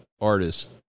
artist